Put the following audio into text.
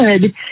good